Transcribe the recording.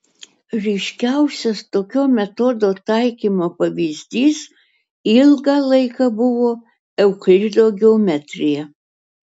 ryškiausias tokio metodo taikymo pavyzdys ilgą laiką buvo euklido geometrija